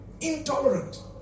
Intolerant